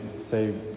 Say